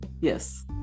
yes